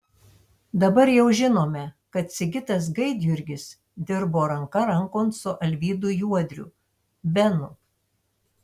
dabar jau žinome kad sigitas gaidjurgis dirbo ranka rankon su alvydu juodriu benu